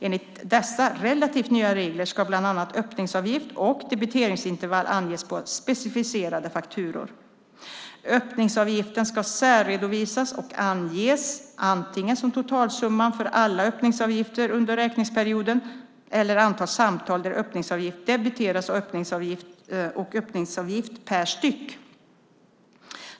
Enligt dessa relativt nya regler ska bland annat öppningsavgift och debiteringsintervall anges på specificerade fakturor. Öppningsavgiften ska särredovisas och anges antingen som totalsumman för alla öppningsavgifter under räkningsperioden eller antal samtal där öppningsavgift debiteras och öppningsavgift per styck.